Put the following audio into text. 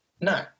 No